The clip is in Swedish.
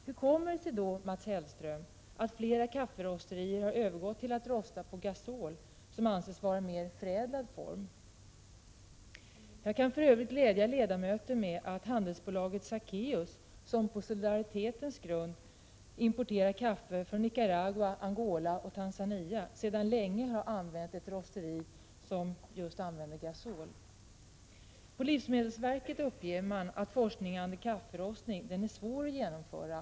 Hur kommer det sig då, Mats Hellström, att flera kafferosterier har övergått till att rosta med gasol, som anses vara en mer förädlad form? Jag kan för övrigt glädja ledamöterna med att handelsbolaget Sackeus — som på solidaritetens grund importerar kaffe från Nicaragua, Angola och Tanzania — sedan länge har anlitat ett rosteri som just använder gasol. På livsmedelsverket uppger man att forskning kring kafferostning är svår att genomföra.